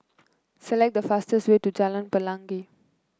select the fastest way to Jalan Pelangi